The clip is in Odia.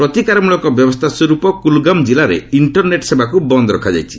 ପ୍ରତିକାର ମୂଳକ ବ୍ୟବସ୍ଥା ସ୍ୱରୂପ କୁଲଗାମ୍ ଜିଲ୍ଲାରେ ଇଣ୍ଟରନେଟ୍ ସେବାକୁ ବନ୍ଦ ରଖାଯାଇଛି